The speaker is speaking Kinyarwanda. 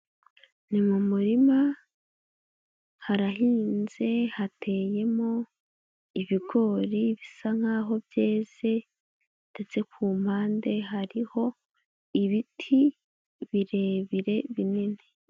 Ni mu murima, harahinze, hateyemo ibigori bisa nkaho byeze, ndetse ku mpande hariho ibiti birebire binini.